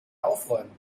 aufräumen